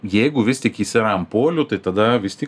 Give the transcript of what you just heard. jeigu vis tik jis yra ant polių tai tada vis tik